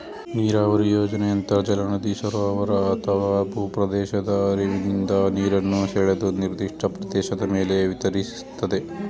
ನೀರಾವರಿ ಯೋಜನೆ ಅಂತರ್ಜಲ ನದಿ ಸರೋವರ ಅಥವಾ ಭೂಪ್ರದೇಶದ ಹರಿವಿನಿಂದ ನೀರನ್ನು ಸೆಳೆದು ನಿರ್ದಿಷ್ಟ ಪ್ರದೇಶದ ಮೇಲೆ ವಿತರಿಸ್ತದೆ